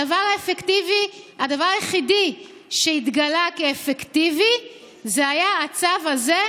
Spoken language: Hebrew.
הדבר היחיד שהתגלה כאפקטיבי היה הצו הזה,